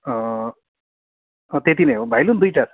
त्यति नै हो भायोलिन दुईवटा छ